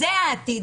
שזה העתיד,